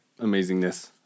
amazingness